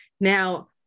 now